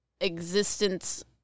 existence